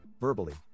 verbally